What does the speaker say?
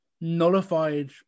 nullified